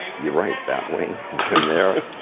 you're right. bat wing is in there.